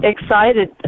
excited